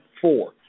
four